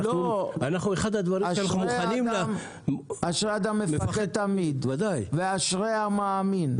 אחד הדברים שאנחנו מוכנים -- אשרי אדם מפחד תמיד ואשרי המאמין,